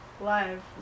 Live